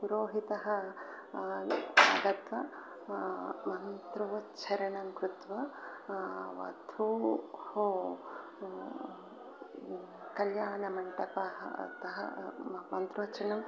पुरोहितः आगत्य मन्त्र उच्चारणं कृत्वा वध्वाः कल्याणमण्डपतः म मन्त्रोच्चारणं